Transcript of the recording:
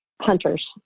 hunters